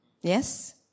Yes